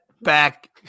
back